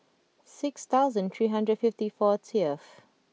six thousand three hundred fifty fortieth